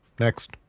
Next